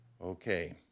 Okay